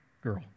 girl